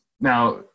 Now